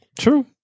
True